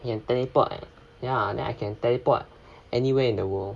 ah teleport ya then I can teleport anywhere in the world